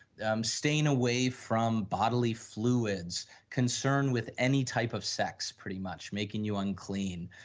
i'm staying away from bodily fluids concerned with any type of sex pretty much making you unclean,